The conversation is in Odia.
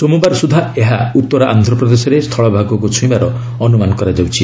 ସୋମବାର ସୁଦ୍ଧା ଏହା ଉତ୍ତର ଆନ୍ଧ୍ରପ୍ରଦେଶରେ ସ୍ଥଳଭାଗକୁ ଛୁଇଁବାର ଅନୁମାନ କରାଯାଉଛି